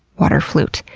water flute.